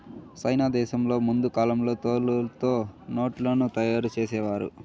సైనా దేశంలో ముందు కాలంలో తోలుతో నోట్లను తయారు చేసేవారు